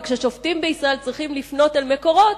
וכששופטים בישראל צריכים לפנות אל מקורות,